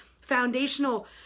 foundational